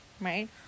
right